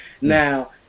Now